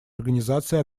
организация